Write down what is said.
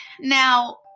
Now